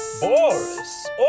Boris